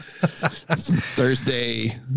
Thursday